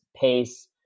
pace